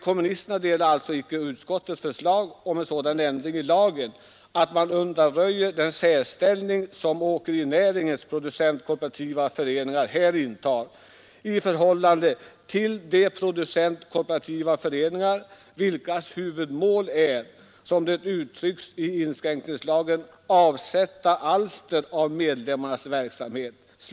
Kommunisterna delar icke utskottets förslag om en sådan ändring i lagen att man undanröjer den särställning som åkerinäringens producentkooperativa föreningar här intar i förhållande till de producentkooperativa föreningarna vilkas huvudmål är, som det uttrycks i inskränkningslagen, att ”avsätta alster av medlemmarnas verksamhet”.